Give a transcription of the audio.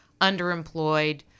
underemployed